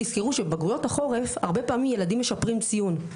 תזכרו שבגרויות החורף הרבה פעמים ילדים משפרים ציון.